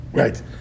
Right